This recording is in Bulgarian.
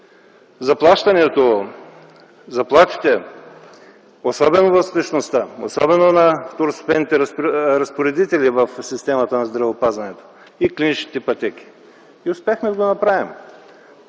заплащането, заплатите, особено в спешността, особено на второстепенните разпоредители в системата на здравеопазването и клиничните пътеки – и успяхме да го направим,